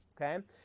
okay